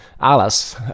Alice